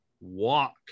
walk